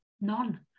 none